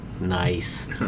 Nice